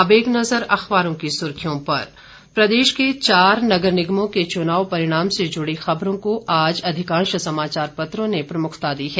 अब एक नजर अखबारों की सुर्खियों पर प्रदेश के चार नगर निगमों के चुनाव परिणाम से जुड़ी खबरों को आज अधिकांश समाचार पत्रों ने प्रमुखता दी है